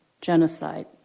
genocide